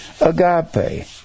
Agape